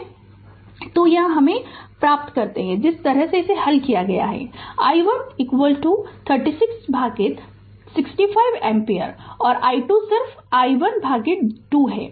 Refer Slide Time 1425 तो ये हम प्राप्त करते है जिस तरह से हल किया i1 मिलेगा 36 भागित 65 एम्पीयर और i2 सिर्फ i1 भागित 2 है